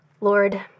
Lord